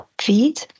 feed